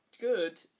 good